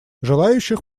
желающих